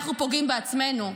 אנחנו פוגעים בעצמנו.